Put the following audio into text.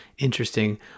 Interesting